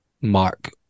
Mark